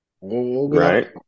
right